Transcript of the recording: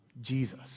Jesus